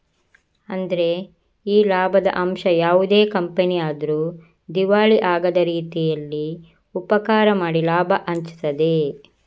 ಅಂದ್ರೆ ಈ ಲಾಭದ ಅಂಶ ಯಾವುದೇ ಕಂಪನಿ ಆದ್ರೂ ದಿವಾಳಿ ಆಗದ ರೀತೀಲಿ ಉಪಕಾರ ಮಾಡಿ ಲಾಭ ಹಂಚ್ತದೆ